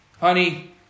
Honey